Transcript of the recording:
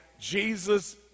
Jesus